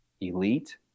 elite